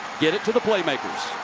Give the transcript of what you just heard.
get it to the playmakers.